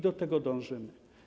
Do tego dążymy.